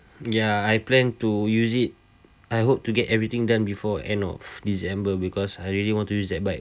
ya I plan to use it I hope to get everything done before end of december because I really want to use that bike